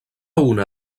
una